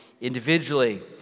individually